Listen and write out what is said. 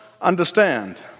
understand